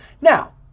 now